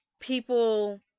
People